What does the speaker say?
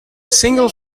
single